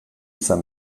izan